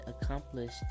accomplished